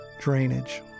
Drainage